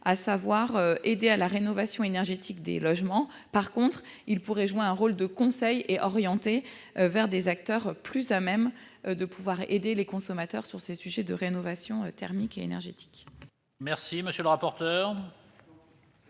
l'aide à la rénovation énergétique des logements. Par contre, ils pourraient jouer un rôle de conseil et orienter vers des acteurs plus à même d'aider les consommateurs sur ces sujets de rénovation thermique et énergétique. Quel est l'avis de